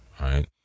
right